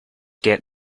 get